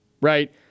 right